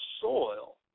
soil